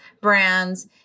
brands